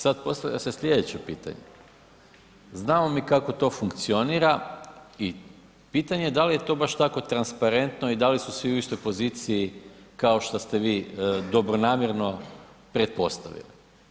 Sad postavlja se slijedeće pitanje, znamo mi kako to funkcionira i pitanje je da li je to baš tako transparentno i da li su svi u istoj poziciji kao što ste vi dobronamjerno pretpostavili?